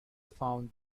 found